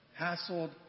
hassled